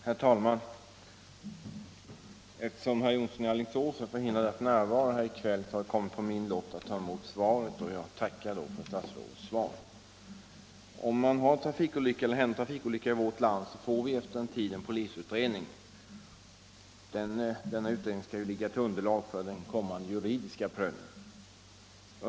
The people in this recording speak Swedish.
Herr talman! Eftersom herr Jonsson i Alingsås är förhindrad att närvara här i kväll har det kommit på min lott ta emot frågesvaret, och jag ber nu att få tacka för statsrådets svar. När det har hänt en trafikolycka i vårt land får vi efter en tid en polisutredning, som skall ligga som underlag för den kommande juridiska prövningen.